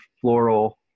floral